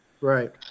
right